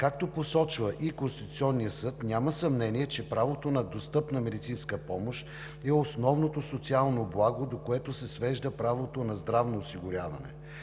Както посочва и Конституционният съд, няма съмнение, че правото на достъпна медицинска помощ е основното социално благо, до което се свежда правото на здравно осигуряване.